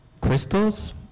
crystals